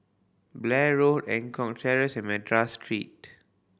Blair Road Eng Kong Terrace and Madras Street